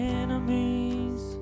enemies